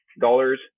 dollars